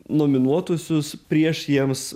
nominuotuosius prieš jiems